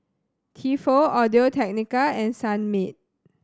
Tefal Audio Technica and Sunmaid